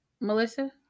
Melissa